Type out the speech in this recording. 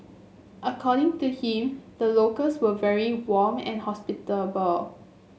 according to him the locals were very warm and hospitable